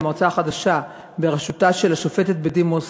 החדשה, בראשותה של השופטת בדימוס